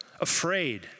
afraid